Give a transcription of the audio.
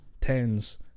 tens